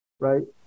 Right